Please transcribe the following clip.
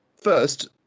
First